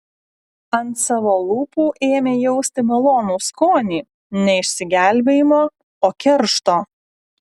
ant savo lūpų ėmė jausti malonų skonį ne išsigelbėjimo o keršto